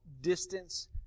distance